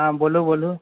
हॅं बोलू बोलू